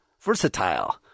Versatile